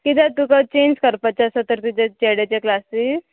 किद्या तुका चेंज करपाचें आसा तर तुज्या चेड्याचे क्लासीस